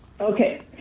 Okay